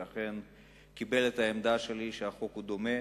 שאכן קיבל את העמדה שלי שהחוק הוא דומה,